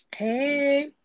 Hey